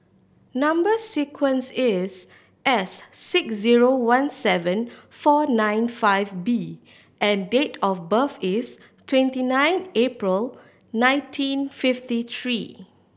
number sequence is S six zero one seven four nine five B and date of birth is twenty nine April nineteen fifty three